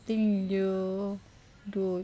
you do